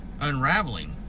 unraveling